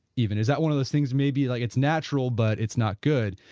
even is that one of those things maybe like it's natural, but it's not good,